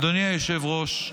אדוני היושב-ראש,